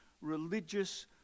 religious